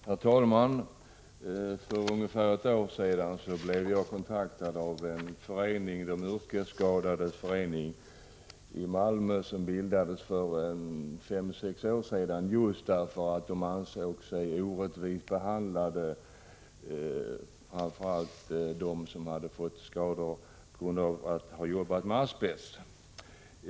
Herr talman! För ungefär ett år sedan blev jag uppvaktad av en förening, De yrkesskadades förening i Malmö, som bildades för fem sex år sedan just därför att man ansåg sig orättvist behandlad. Det gällde framför allt personer som fått skador på grund av att de hade jobbat med asbest.